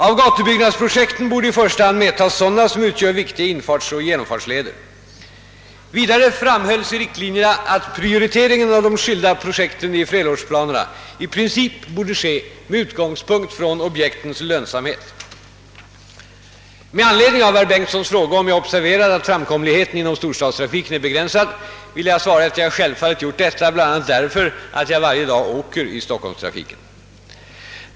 Av gatubyggnadsprojekten borde i första hand medtas sådana som utgör viktiga infartsoch genomfartsleder. Vidare framhölls i riktlinjerna att prioriteringen av de skilda objekten i flerårsplanerna i princip borde ske med utgångspunkt från objektens lönsamhet. Med anledning av herr Bengtsons fråga om jag observerat att framkomligheten inom storstadstrafiken är begränsad vill jag svara att jag självfallet gjort detta bl.a. därför att jag varje dag åker i stockholmstrafiken.